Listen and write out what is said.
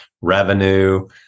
revenue